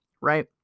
right